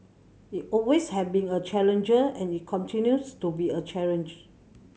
it always have been a challenge and it continues to be a challenge